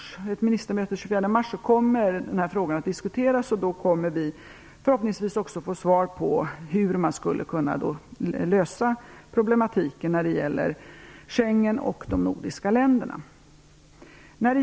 Vid ett ministermöte den 24 mars kommer den här frågan att diskuteras, och då kommer vi förhoppningsvis också att få svar på hur man skulle kunna lösa problematiken när det gäller Schengenavtalet och de nordiska länderna.